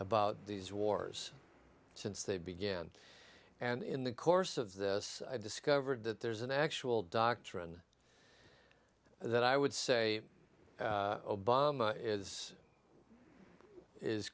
about these wars since they began and in the course of this i discovered that there's an actual doctrine that i would say obama is is